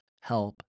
help